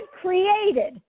created